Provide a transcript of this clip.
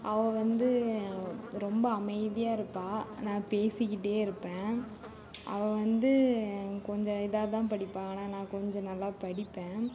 அவள் வந்து ரொம்ப அமைதியாக இருப்பாள் நான் பேசிக்கிட்டே இருப்பேன் அவள் வந்து கொஞ்சம் இதாகதான் படிப்பாள் ஆனால் நான் கொஞ்சம் நல்லா படிப்பேன்